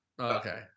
Okay